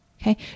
Okay